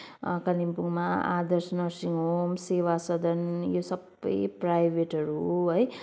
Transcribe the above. कालिम्पोङमा आदर्श nursing home सेवा सदन यो सबै प्राइभेटहरू हो है